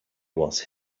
was